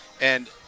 and-